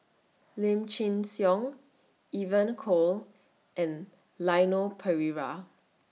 Lim Chin Siong Evon Kow and Leon Perera